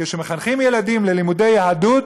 כשמחנכים ילדים ללימודי יהדות,